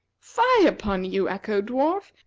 fie upon you, echo-dwarf!